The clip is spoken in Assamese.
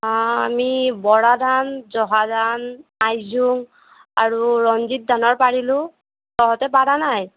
অঁ আমি বৰা ধান জহা ধান আইজুং আৰু ৰঞ্জিৎ ধানৰ পাৰিলোঁ তহঁতে পৰা নাই